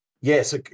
Yes